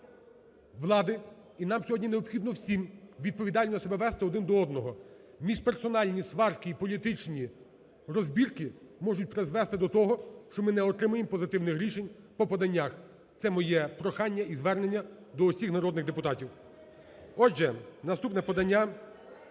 всі представники влади, і нам сьогодні необхідно всім відповідально себе вести один до одного. Міжперсональні сварки і політичні розбірки можуть призвести до того, що ми не отримаємо позитивних рішень по поданнях. Це моє прохання і звернення до усіх народних депутатів. Отже, наступне подання…